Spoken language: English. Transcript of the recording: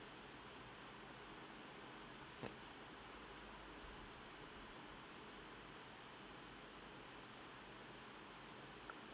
uh